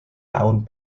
tahun